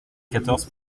quatorze